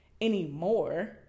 anymore